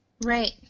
Right